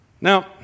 Now